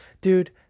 Dude